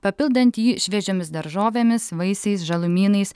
papildant jį šviežiomis daržovėmis vaisiais žalumynais